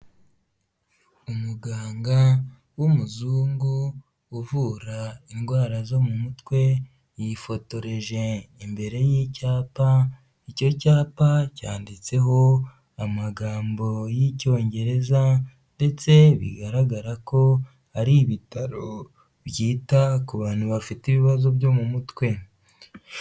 Umuganga w'umuzungu uvura indwara zo mu mutwe, yifotoreje imbere y'icyapa, icyo cyapa cyanditseho amagambo y'icyongereza, ndetse bigaragara ko ari ibitaro byita ku bantu bafite ibibazo byo mu mutwe.